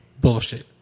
Bullshit